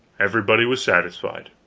everybody was satisfied.